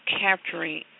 capturing